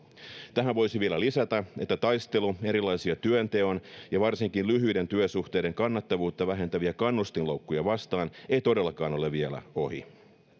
tähän voisi vielä lisätä että taistelu erilaisia työnteon ja varsinkin lyhyiden työsuhteiden kannattavuutta vähentäviä kannustinloukkuja vastaan ei todellakaan ole vielä ohi